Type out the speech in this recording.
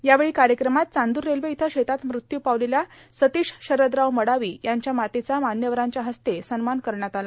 यावेळी कायक्रमात चांदूर रेल्वे इथं शेतात मृत्यू पावलेल्या सर्सातश शरदराव मडावी यांच्या मातेचा मान्यवरांच्या हस्ते सन्मान करण्यात आला